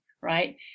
right